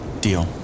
Deal